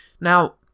Now